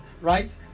right